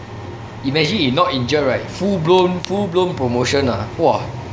imagine if not injured right full blown full blown promotion ah !wah!